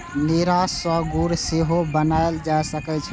नीरा सं गुड़ सेहो बनाएल जा सकै छै